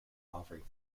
offering